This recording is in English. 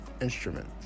instrument